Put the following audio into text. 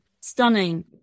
stunning